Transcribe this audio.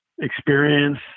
experience